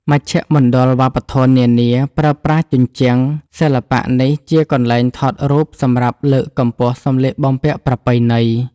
មជ្ឈមណ្ឌលវប្បធម៌នានាប្រើប្រាស់ជញ្ជាំងសិល្បៈនេះជាកន្លែងថតរូបសម្រាប់លើកកម្ពស់សម្លៀកបំពាក់ប្រពៃណី។